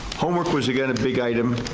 homework was again a big item.